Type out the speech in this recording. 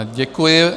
Děkuji.